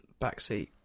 backseat